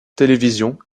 télévision